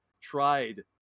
tried